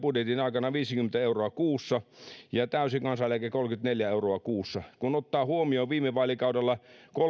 budjetin aikana viisikymmentä euroa kuussa ja täysi kansaneläke kolmekymmentäneljä euroa kuussa kun ottaa huomioon viime vaalikaudella